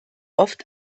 oft